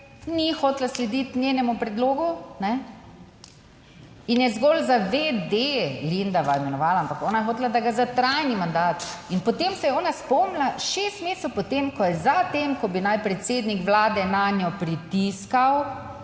ni hotela slediti njenemu predlogu, ne, in je zgolj za v. d. Lendava imenovala, ampak ona je hotela, da gre za trajni mandat. In potem se je ona spomnila šest mesecev po tem, ko je, za tem, ko bi naj predsednik Vlade nanjo pritiskal,